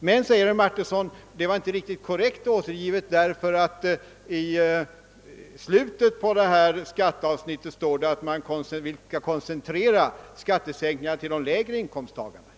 Herr Martinsson menade att det inte var riktigt korrekt återgivet, därför att det i slutet av skatteavsnittet står att skattesänkningarna skall koncentreras till de lägre inkomsttagarna.